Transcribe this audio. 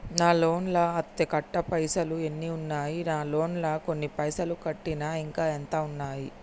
నా లోన్ లా అత్తే కట్టే పైసల్ ఎన్ని ఉన్నాయి నా లోన్ లా కొన్ని పైసల్ కట్టిన ఇంకా ఎంత ఉన్నాయి?